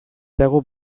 dago